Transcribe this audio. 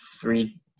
three